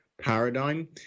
paradigm